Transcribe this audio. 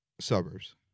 Suburbs